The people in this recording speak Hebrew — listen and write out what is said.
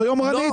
לא יומרנית?